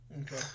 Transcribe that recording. Okay